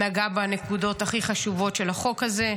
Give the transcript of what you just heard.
נגעה בנקודות הכי חשובות של החוק הזה.